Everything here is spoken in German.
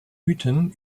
mythen